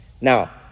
Now